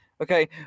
okay